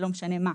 לא משנה מה.